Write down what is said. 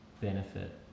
benefit